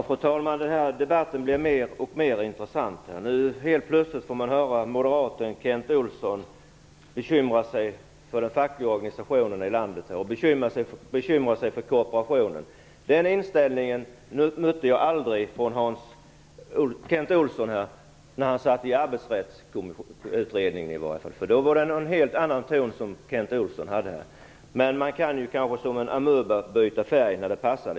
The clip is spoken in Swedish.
Fru talman! Den här debatten blir mer och mer intressant. Helt plötsligt får man höra moderaten Kent Olsson bekymra sig för den fackliga organisationen i landet och bekymra sig för korporationen. Den inställningen mötte jag aldrig från Kent Olsson när han satt i Arbetsrättsutredningen i våras. Då var det en helt annan ton Kent Olsson hade. Men man kan kanske som en amöba byta form och färg när det passar.